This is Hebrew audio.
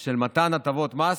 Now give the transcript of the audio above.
של מתן הטבות מס